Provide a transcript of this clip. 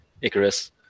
Icarus